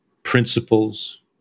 principles